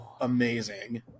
amazing